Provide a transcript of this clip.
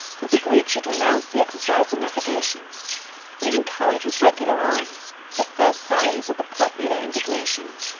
that the greeks should renounce the exercise of navigation and encountered with regular arms the first sallies of the popular indignation.